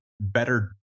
better